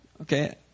Okay